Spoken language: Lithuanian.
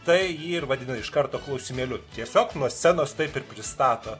tai jį ir vadinu iš karto klausimėliu tiesiog nuo scenos taip ir pristato